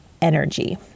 energy